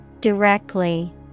Directly